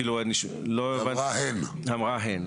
אנחנו